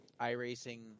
iRacing